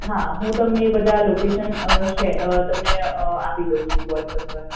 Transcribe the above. હા હું તમને એ બધા લોકેશન તમને આપી દયું છુ વૉટ્સઅપ